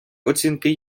оцінки